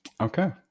Okay